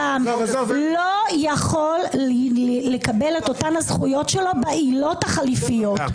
לא יכולים לקבל את אותן הזכויות שלהם בעילות החליפיות.